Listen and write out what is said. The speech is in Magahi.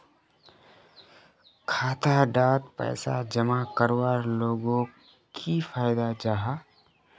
खाता डात पैसा जमा करवार लोगोक की फायदा जाहा?